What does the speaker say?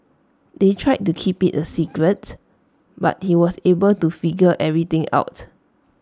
they tried to keep IT A secret but he was able to figure everything out